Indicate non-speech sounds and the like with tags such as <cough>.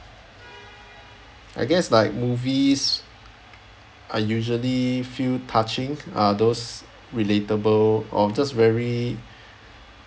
<noise> I guess like movies I usually feel touching uh those relatable or that's very